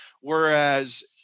whereas